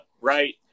right